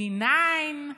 D9,